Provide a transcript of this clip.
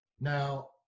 now